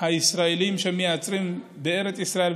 הישראלים שמייצרים בארץ ישראל,